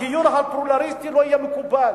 הגיור הפלורליסטי לא יהיה מקובל.